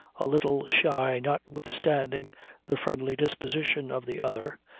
a little shy notwithstanding the friendly disposition of the other,